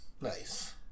Nice